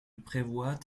prévoit